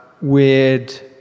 weird